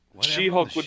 She-Hulk